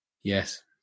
Yes